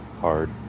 hard